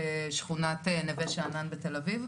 בשכונת נווה שאנן בתל אביב.